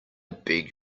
beg